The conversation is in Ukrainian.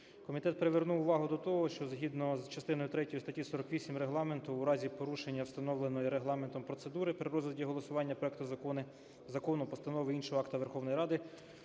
Комітет привернув увагу до того, що згідно з частиною третьою статті 48 Регламенту у разі порушення встановленої Регламентом процедури при розгляді і голосуванні проекту закону, постанови, іншого акта Верховної Ради